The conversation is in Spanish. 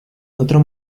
otro